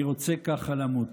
אני רוצה ככה למות.